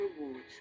rewards